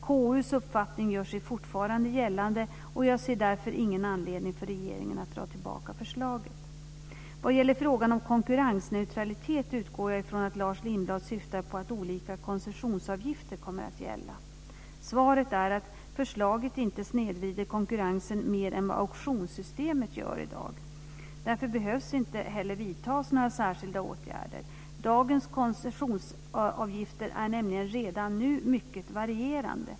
KU:s uppfattning gör sig fortfarande gällande. Jag ser därför ingen anledning för regeringen att dra tillbaka förslaget. Vad gäller frågan om konkurrensneutralitet utgår jag ifrån att Lars Lindblad syftar på att olika koncessionsavgifter kommer att gälla. Svaret är att förslaget inte snedvrider konkurrensen mer än vad auktionssystemet gör i dag. Därför behöver inte heller några särskilda åtgärder vidtas. Dagens koncessionsavgifter är nämligen redan nu mycket varierande.